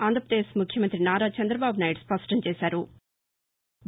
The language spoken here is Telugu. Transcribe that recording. ఆంధ్రపదేశ్ ముఖ్యమంతి నారా చంద్రబాబు నాయుడు స్పష్టం చేశారు